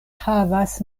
havas